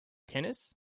tennis